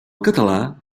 català